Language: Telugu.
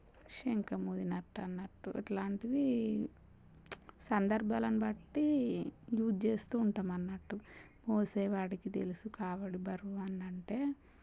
శంఖమూదినట్టన్నట్టు ఇట్లాంటివి సందర్భాలను బట్టి యూజ్ చేస్తూ ఉంటాం అన్నట్టు మోసే వాడికి తెలుసు కావడి బరువు అనంటే